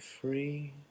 free